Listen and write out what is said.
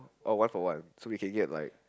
oh one for one so we can get like